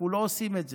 אנחנו לא עושים את זה.